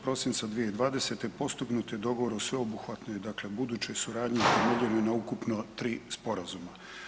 Prosinca 2020. postignut je dogovor o sveobuhvatnoj dakle budućoj suradnji …/nerazumljivo/… na ukupno 3 sporazuma.